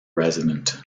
resident